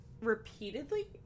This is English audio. repeatedly